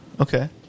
okay